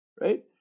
Right